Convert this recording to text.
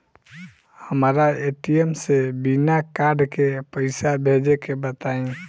हमरा ए.टी.एम से बिना कार्ड के पईसा भेजे के बताई?